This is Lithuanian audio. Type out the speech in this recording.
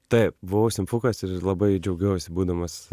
taip buvau simfukas ir labai džiaugiuosi būdamas